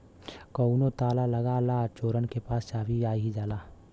कउनो ताला लगा ला चोरन के पास चाभी आ ही जाला